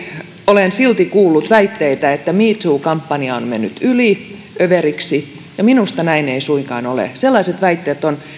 olen silti kuullut väitteitä että me too kampanja on mennyt yli överiksi minusta näin ei suinkaan ole sellaiset väitteet ovat